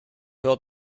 hör